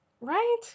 Right